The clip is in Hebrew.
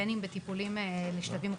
בין עם אלו בטיפולים של שלבים מאוד